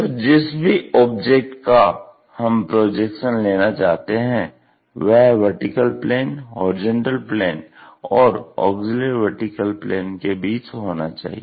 तो जिस भी ऑब्जेक्ट का हम प्रोजेक्शन लेना चाहते हैं वह वर्टिकल प्लेन हॉरिजेंटल प्लेन और ऑग्ज़िल्यरी वर्टीकल प्लेन के बीच होना चाहिए